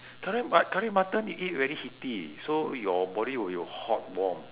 correct but curry mutton i~ eat very heaty so your body will be hot warm